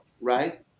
right